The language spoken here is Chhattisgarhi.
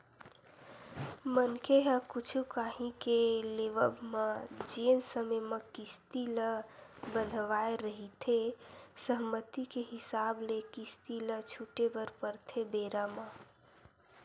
मनखे ह कुछु काही के लेवब म जेन समे म किस्ती ल बंधवाय रहिथे सहमति के हिसाब ले किस्ती ल छूटे बर परथे बेरा म